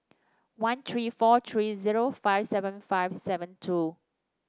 one three four three zero five seven five seven two